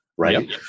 right